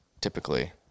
typically